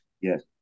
Yes